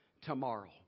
tomorrow